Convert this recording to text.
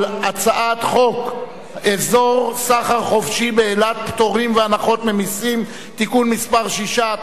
על הצעת חוק אזור סחר חופשי באילת (פטורים והנחות ממסים) (תיקון מס' 6),